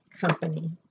Company